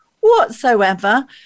whatsoever